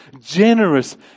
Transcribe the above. generous